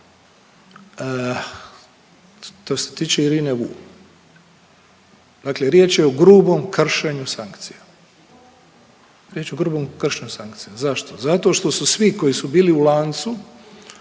Što se tiče Irine Wool, dakle riječ je o grubom kršenju sankcija, riječ je o grubom kršenju sankcija. Zašto? Zato što su svi koji su bili u lancu